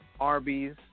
Arby's